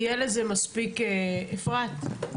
אפרת,